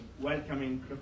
welcoming